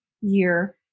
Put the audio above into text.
year